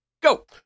go